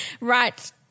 Right